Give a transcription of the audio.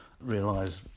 realise